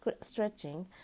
stretching